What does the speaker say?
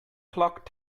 clock